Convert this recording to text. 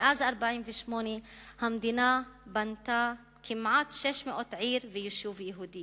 מאז 1948 המדינה בנתה כמעט 600 עיר ויישוב יהודיים